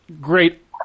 great